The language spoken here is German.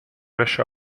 wäsche